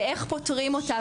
ואיך פותרים אותה,